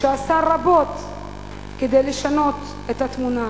שעשה רבות כדי לשנות את התמונה,